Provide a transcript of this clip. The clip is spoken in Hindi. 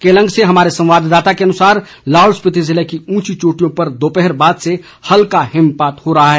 केलंग से हमारे सम्वाददाता के अनुसार लाहौल स्पिति जिले की उंची चोटियों पर दोपहर बाद से हल्का हिमपात हो रहा है